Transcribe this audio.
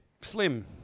slim